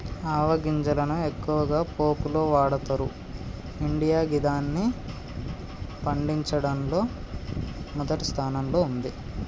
ఆవ గింజలను ఎక్కువగా పోపులో వాడతరు ఇండియా గిదాన్ని పండించడంలో మొదటి స్థానంలో ఉంది